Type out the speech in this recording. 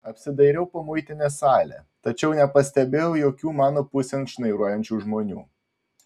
apsidairiau po muitinės salę tačiau nepastebėjau jokių mano pusėn šnairuojančių žmonių